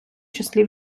числі